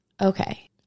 Okay